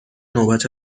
نوبت